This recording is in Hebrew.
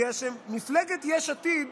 בגלל שמפלגת יש עתיד